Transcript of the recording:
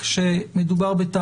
אם זה היה תלוי בו,